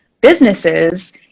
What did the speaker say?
businesses